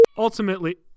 ultimately